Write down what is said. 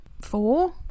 four